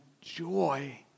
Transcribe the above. joy